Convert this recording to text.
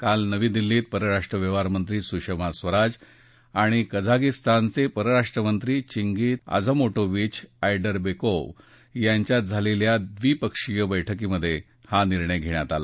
काल नवी दिल्लीत परराष्ट्र व्यवहार मंत्री सुषमा स्वराज आणि कझाकिस्तानचे परराष्ट्रमंत्री चिंगीझ अझामोटोवीच आयडर बेकोब यांच्यात झालेल्या द्विपक्षीय बैठकीत हा निर्णय घेण्यात आला